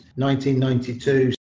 1992